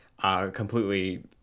completely